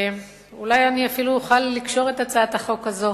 אולי אני אפילו אוכל לקשור את הצעת החוק הזאת